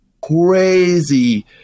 crazy